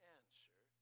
answer